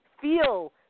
feel